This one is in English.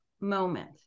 moment